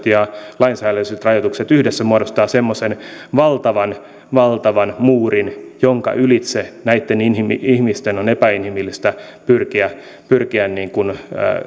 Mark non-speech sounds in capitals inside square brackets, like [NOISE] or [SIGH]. [UNINTELLIGIBLE] ja lainsäädännölliset rajoitukset yhdessä muodostavat semmoisen valtavan valtavan muurin jonka ylitse näitten ihmisten on epäinhimillistä pyrkiä pyrkiä